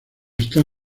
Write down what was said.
esta